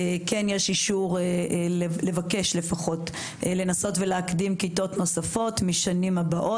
כן יש אישור לבקש לפחות לנסות להקדים כיתות נוספות משנים הבאות.